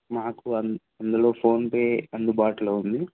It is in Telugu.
మాకు అ అందులో ఫోన్పే అందుబాటులో ఉంది